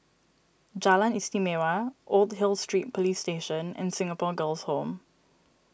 Jalan Istimewa Old Hill Street Police Station and Singapore Girls' Home